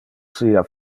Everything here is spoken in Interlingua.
sia